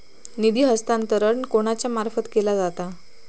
निधी हस्तांतरण कोणाच्या मार्फत केला जाता?